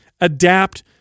adapt